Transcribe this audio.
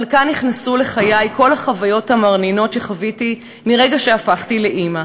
אבל כאן נכנסו לחיי כל החוויות "המרנינות" שחוויתי מרגע שהפכתי לאימא,